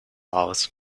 aus